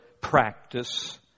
practice